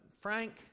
Frank